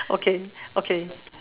okay okay